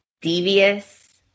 devious